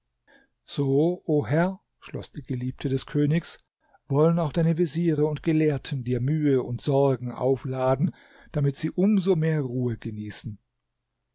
so o herr schloß die geliebte des königs wollen auch deine veziere und gelehrten dir mühe und sorgen aufladen damit sie um so mehr ruhe genießen